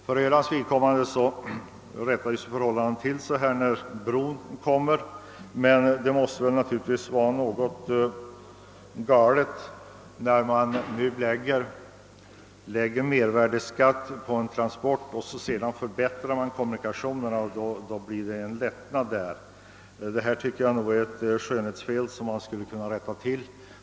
För Ölands vidkommande rättas förhållandena till när bron blir färdig, men det måste vara något galet när man först lägger mervärdeskatt på en transport och sedan, då kommunikationerna förbättras, medger en lättnad. Detta är ett skönhetsfel som skulle kunna undanröjas.